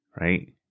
right